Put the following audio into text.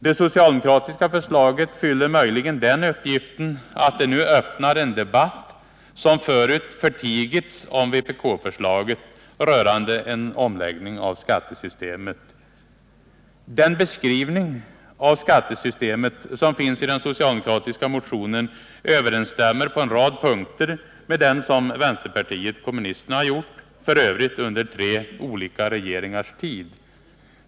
Det socialdemokratiska förslaget fyller möjligen den uppgiften att det nu öppnar en debatt — vpk-förslaget härvidlag har förut förtigits — rörande en omläggning av skattesystemet. Den beskrivning av skattesystemet som finns i den socialdemokratiska motionen överensstämmer på en rad punkter med den som vänsterpartiet kommunisterna gjort, f. ö. under tre olika regeringars tid.